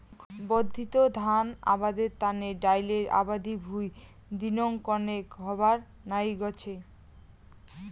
বর্ধিত ধান আবাদের তানে ডাইলের আবাদি ভুঁই দিনং কণেক হবার নাইগচে